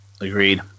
agreed